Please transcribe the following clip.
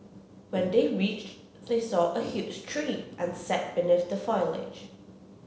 when they reached they saw a huge tree and sat beneath the foliage